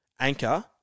Anchor